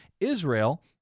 Israel